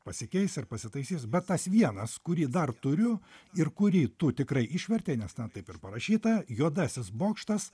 pasikeis ir pasitaisys bet tas vienas kurį dar turiu ir kurį tu tikrai išvertei nes ten taip ir parašyta juodasis bokštas